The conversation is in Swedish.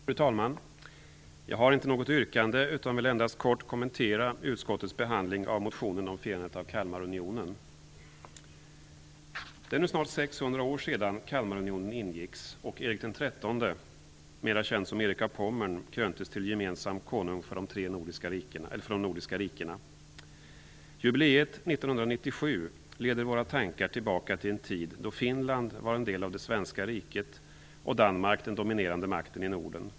Fru talman! Jag har inte något yrkande. Jag vill endast kort kommentera utskottets behandling av motionen om firandet av Kalmarunionen. Det är nu snart 600 år sedan Kalmarunionen ingicks och Erik XIII, mer känd som Erik av Pommern, kröntes till gemensam konung för de nordiska rikena. Jubileet 1997 leder våra tankar tillbaka till en tid då Finland var en del av det svenska riket och Danmark den dominerande makten i Norden.